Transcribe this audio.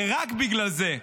ורק בגלל זה,